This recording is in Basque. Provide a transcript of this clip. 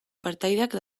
partaideak